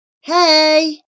Hey